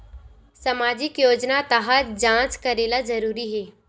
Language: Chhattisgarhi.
सामजिक योजना तहत जांच करेला जरूरी हे